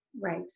Right